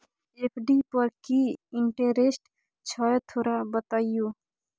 FD पर की interest छय थोरा बतईयो?